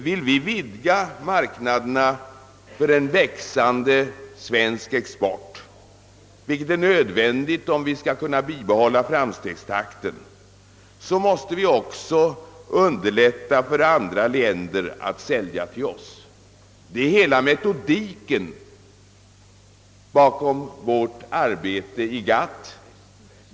Vill vi vidga marknaderna för en växande svensk export, vilket är nödvändigt om vi skall kunna bibehålla framstegstakten, måste vi också underlätta för andra länder att sälja till oss. Det är hela syftet med vårt arbete i GATT.